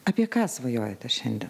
apie ką svajojate šiandien